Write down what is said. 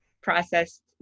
processed